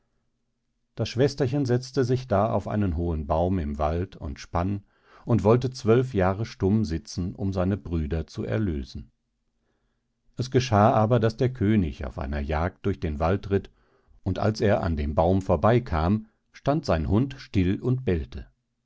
das schwesterchen setzte sich da auf einen hohen baum im wald und spann und wollte zwölf jahre stumm sitzen um seine brüder zu erlösen es geschah aber daß der könig auf einer jagd durch den wald ritt und als er an dem baum vorbei kam stand sein hund still und bellte